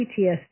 PTSD